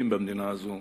המיעוטים במדינה הזאת,